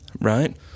right